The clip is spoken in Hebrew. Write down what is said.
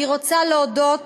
אני רוצה להודות